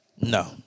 No